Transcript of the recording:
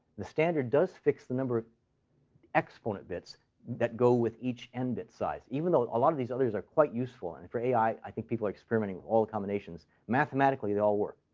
the standard does fix the number of exponent bits that go with each n-bit size, even though a lot of these others are quite useful. and for ai, i think people are experimenting with all combinations. mathematically, they all work.